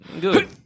Good